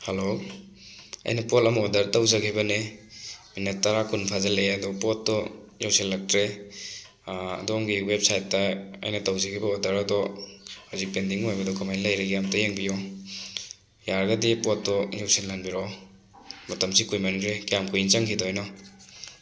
hello ꯑꯩꯅ ꯄꯣꯠ ꯑꯃ ꯑꯣꯔꯗꯔ ꯇꯧꯖꯈꯤꯕꯅꯦ ꯃꯤꯅꯠ ꯇꯔꯥ ꯀꯨꯟ ꯐꯥꯖꯜꯂꯛꯑꯦ ꯑꯗꯣ ꯄꯣꯠꯇꯨ ꯌꯧꯁꯜꯂꯛꯇ꯭ꯔꯦ ꯑꯗꯣꯝꯒꯤ ꯋꯦꯕꯁꯥꯏꯠꯇ ꯑꯩꯅ ꯇꯧꯖꯈꯤꯕ ꯑꯣꯔꯗꯔ ꯑꯗꯣ ꯍꯧꯖꯤꯛ ꯄꯦꯟꯗꯤꯡ ꯑꯣꯏꯕꯗꯨ ꯀꯃꯥꯏ ꯂꯩꯔꯤꯒꯦ ꯑꯝꯇ ꯌꯦꯡꯕꯤꯌꯨ ꯌꯥꯔꯒꯗꯤ ꯄꯣꯠꯇꯣ ꯌꯧꯁꯜꯍꯟꯕꯤꯔꯛꯑꯣ ꯃꯇꯝꯁꯤ ꯀꯨꯏꯃꯟꯈ꯭ꯔꯦ ꯀ꯭ꯌꯥꯝ ꯀꯨꯏꯅ ꯆꯪꯈꯤꯗꯣꯏꯅꯣ